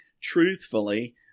truthfully